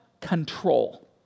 control